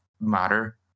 matter